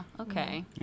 Okay